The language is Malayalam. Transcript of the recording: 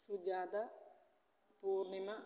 സുജാത പൂർണിമ